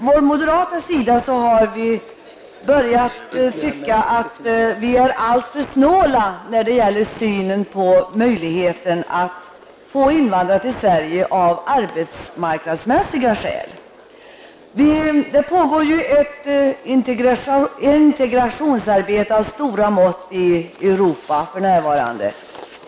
Vi moderater har börjat anse att det är alltför snålt med möjligheter att invandra till Sverige av arbetsmarknadsmässiga skäl. Det pågår för närvarande ett integrationsarbete av stora mått i Europa.